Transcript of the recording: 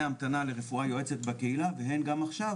המתנה לרפואה יועצת בקהילה והן גם עכשיו,